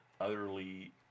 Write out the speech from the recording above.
utterly